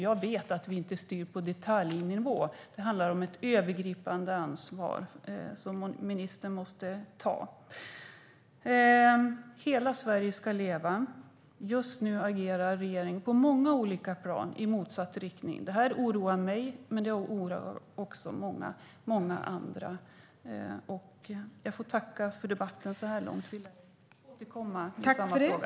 Jag vet att vi inte styr på detaljnivå. Det handlar om ett övergripande ansvar som ministern måste ta. Hela Sverige ska leva. Just nu agerar regeringen på många olika plan i motsatt riktning. Det oroar mig, och det oroar också många andra. Jag får tacka för debatten så här långt. Vi lär återkomma till samma fråga.